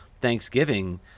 Thanksgiving